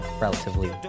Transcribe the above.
relatively